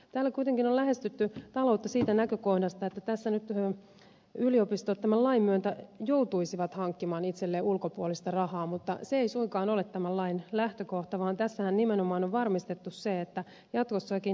täällä kuitenkin on lähestytty taloutta siitä näkökohdasta että tässä nyt yliopistot tämän lain myötä joutuisivat hankkimaan itselleen ulkopuolista rahaa mutta se ei suinkaan ole tämän lain lähtökohta vaan tässähän nimenomaan on varmistettu se että jatkossakin ed